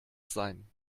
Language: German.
sein